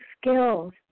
skills